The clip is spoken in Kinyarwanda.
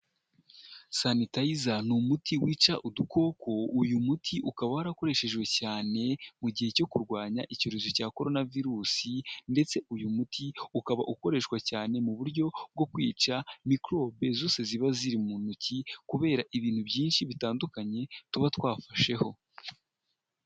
Sanitayiza ni umuti wica udukoko, uyu muti ukaba warakoreshejwe cyane, mu gihe cyo kurwanya icyorezo cya corona virusi, ndetse uyu muti ukaba ukoreshwa cyane mu buryo bwo kwica mikorobe zose ziba ziri mu ntoki, kubera ibintu byinshi bitandukanye, tuba twafasheho.